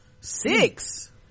Six